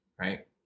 right